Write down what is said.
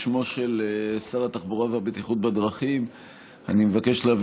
בשמו של שר התחבורה והבטיחות בדרכים אני מבקש להביא